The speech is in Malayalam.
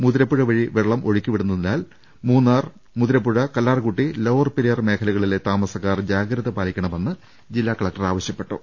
മുതിരപ്പുഴ വഴി വെള്ളം ഒഴുക്കി വിടുന്നതിനാൽ മൂന്നാർ മുതിരപ്പുഴ കല്ലാർക്കുട്ടി ലോവർ പെരിയാർ മേഖലകളിലെ താമസക്കാർ ജാഗ്രത പാലിക്കണമെന്ന് ജില്ലാ കലക്ടർ നിർദ്ദേശിച്ചു